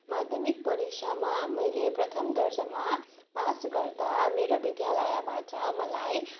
माध्यमिक परीक्षामा मैले प्रथम दर्जामा पास गर्दा मेरो विद्यालयबाट मलाई